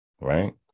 Right